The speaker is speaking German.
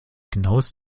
genaues